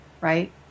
right